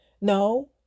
no